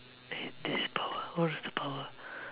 I had this power what's the power